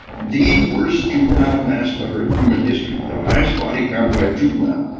the worst juvenile mass murder in human history, the highest body count by a juvenile,